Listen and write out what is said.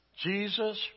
Jesus